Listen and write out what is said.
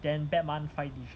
then bad month five digit